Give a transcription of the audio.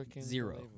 Zero